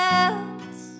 else